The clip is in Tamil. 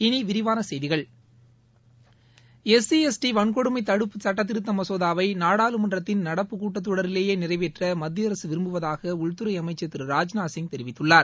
இனி விரிவான செய்திகள் எஸ் தடுப்பு சுட்டத்திருத்த மசோதாவை நாடாளுமன்றத்தின் நடப்பு எஸ் சி கூட்டத்தொடரிலேயே நிறைவேற்ற மத்திய அரசு விரும்புவதாக உள்துறை அமைச்சுள் திரு ராஜ்நாத்சிங் தெரிவித்துள்ளார்